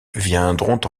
viendront